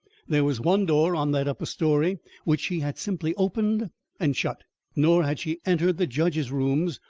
there was one door on that upper story which she had simply opened and shut nor had she entered the judge's rooms,